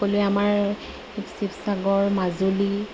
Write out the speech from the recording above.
সকলোৱে আমাৰ শিৱসাগৰ মাজুলী